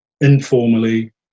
informally